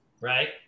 right